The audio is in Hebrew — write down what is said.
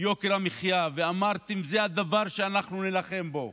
יוקר המחיה, ואמרתם: זה הדבר שאנחנו נילחם בו,